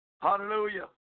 Hallelujah